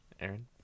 Aaron